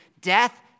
Death